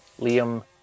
Liam